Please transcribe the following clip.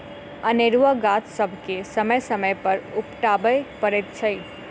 अनेरूआ गाछ सभके समय समय पर उपटाबय पड़ैत छै